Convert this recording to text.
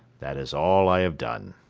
that is all i have done.